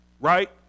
right